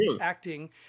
acting